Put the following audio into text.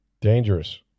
Dangerous